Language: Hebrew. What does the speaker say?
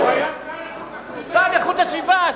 הוא היה שר לאיכות הסביבה.